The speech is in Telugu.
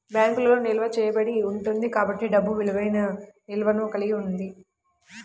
బ్యాంకులో నిల్వ చేయబడి ఉంటుంది కాబట్టి డబ్బు విలువైన నిల్వను కలిగి ఉంది